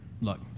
look